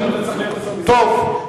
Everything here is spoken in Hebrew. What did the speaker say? טוב,